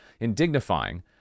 indignifying